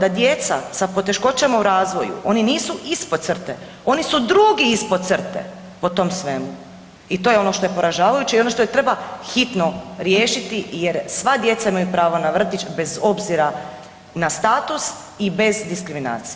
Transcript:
da djeca sa poteškoćama u razvoju oni nisu ispod crte, oni su drugi ispod crte po tom svemu i to je ono što je poražavajuće i ono što treba hitno riješiti jer sva djeca imaju pravo na vrtić bez obzira na status i bez diskriminacije.